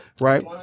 right